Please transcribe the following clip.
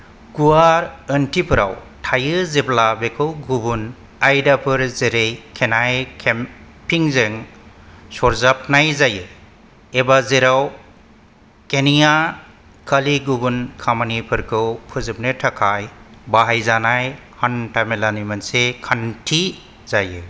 गुवार ओंथिफोराव थायो जेब्ला बेखौ गुबुन आयदाफोर जेरै केनाइ केम्पिंजों सरजाबनाय जायो एबा जेराव केनिया खालि गुबुन खामानिफोरखौ फोजोबनो थाखाय बाहायजानाय हान्थामेलानि मोनसे खान्थि जायो